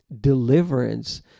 deliverance